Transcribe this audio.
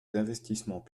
d’investissements